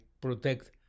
protect